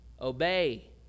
obey